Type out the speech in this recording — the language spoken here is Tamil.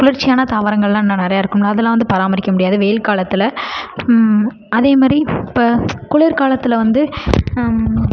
குளிர்ச்சியான தாவரங்கள்லாம் இன்னும் நிறையா இருக்குமில்ல அதலாம் வந்து பராமரிக்க முடியாது வெயில் காலத்தில் அதேமாதிரி இப்போ குளிர் காலத்தில் வந்து